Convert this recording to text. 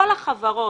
כל החברות,